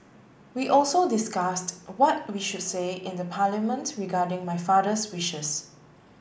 we also discussed what we should say in the Parliament regarding my father's wishes